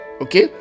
Okay